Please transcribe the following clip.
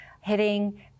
hitting